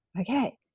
okay